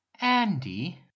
Andy